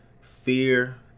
fear